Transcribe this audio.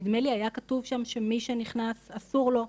נדמה לי שהיה כתוב שם שמי שנכנס אסור לו,